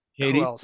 Katie